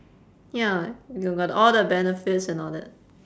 ya you got all the benefits and all that